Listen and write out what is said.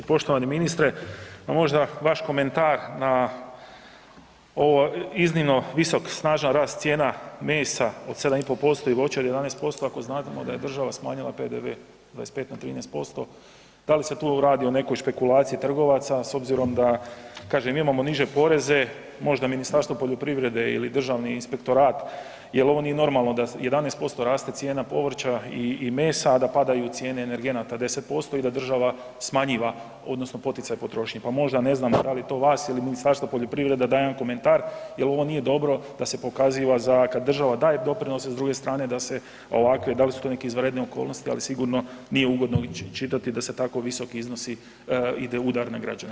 Poštovani ministre, pa možda vaš komentar na ovaj iznimno visok, snažan rast cijena mesa od 7,5% i voća od 11%, ako znate, možda je država smanjila PDV 25 na 13%, da li se tu radi o nekoj špekulaciji trgovaca s obzirom da kažem, imamo niže poreze, možda Ministarstvo poljoprivrede ili Državni inspektorat jer oni normalno da 11% raste cijena povrća i mesa a da padaju cijene energenata 10% i da država smanjiva odnosno poticaj potrošnje, pa možda ne znam, da li to vas ili Ministarstvo poljoprivrede da jedan komentar jer ovo nije dobro da se pokaziva za kad država daje doprinose a s druge strane ovakve, da li su to neke izvanredne okolnosti ali sigurno nije ugodno čitati da se tako visoki iznosi ide udar na građane.